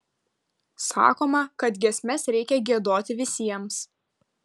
sakoma kad giesmes reikia giedoti visiems